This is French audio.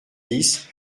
dix